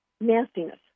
nastiness